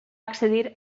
accedir